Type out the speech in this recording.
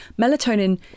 melatonin